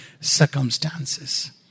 circumstances